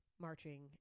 marching